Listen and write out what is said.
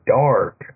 dark